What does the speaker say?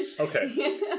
Okay